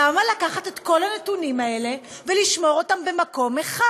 למה לקחת את כל הנתונים האלה ולשמור אותם במקום אחד?